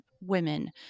women